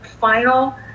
final